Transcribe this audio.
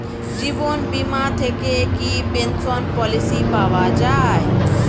জীবন বীমা থেকে কি পেনশন পলিসি পাওয়া যায়?